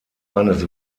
eines